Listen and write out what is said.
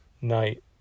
night